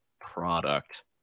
product